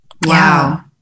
Wow